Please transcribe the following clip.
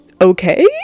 okay